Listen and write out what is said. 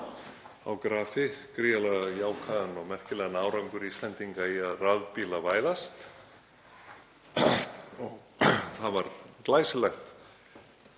á grafi gríðarlega jákvæðan og merkilegan árangur Íslendinga í að rafbílavæðast. Það var glæsilegt